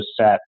set